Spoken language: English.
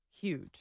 huge